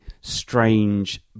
strange